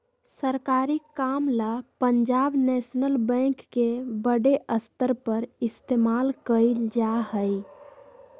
सरकारी काम ला पंजाब नैशनल बैंक के बडे स्तर पर इस्तेमाल कइल जा हई